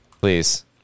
Please